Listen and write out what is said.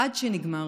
עד שנגמר.